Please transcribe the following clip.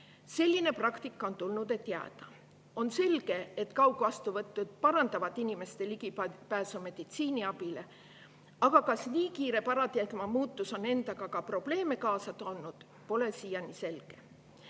Selline praktika on tulnud, et jääda. On selge, et kaugvastuvõtud parandavad inimeste ligipääsu meditsiiniabile. Aga kas nii kiire paradigma muutus on endaga ka probleeme kaasa toonud, pole siiani selge.